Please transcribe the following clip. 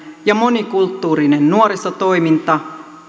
ja monikulttuurinen nuorisotoiminta